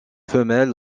femelles